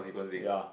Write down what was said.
ya